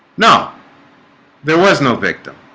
no there was no victim